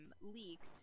leaked